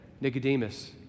Nicodemus